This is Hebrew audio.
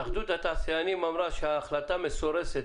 התאחדות התעשיינים אמרה שההחלטה מסורסת,